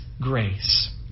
grace